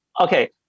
okay